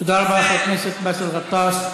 תודה רבה, חבר הכנסת באסל גטאס.